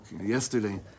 Yesterday